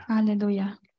Hallelujah